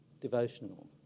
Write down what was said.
devotional